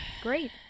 great